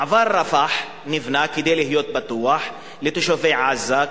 מעבר רפח נבנה כדי להיות פתוח לתושבי עזה,